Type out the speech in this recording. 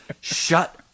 Shut